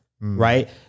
right